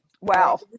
wow